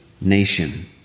nation